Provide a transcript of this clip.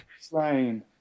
Slain